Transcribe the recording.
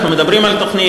אנחנו מדברים על תוכנית,